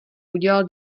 udělal